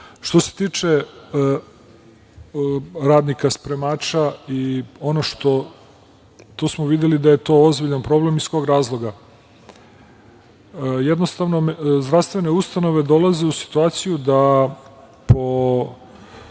se tiče radnika spremača, videli smo da je to ozbiljan problem. Iz kog razloga? Jednostavno, zdravstvene ustanove dolaze u situaciju da po